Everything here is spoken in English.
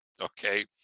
Okay